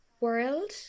world